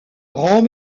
grand